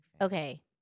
Okay